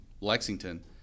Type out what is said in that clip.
Lexington